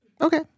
okay